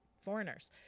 foreigners